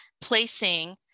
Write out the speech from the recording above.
placing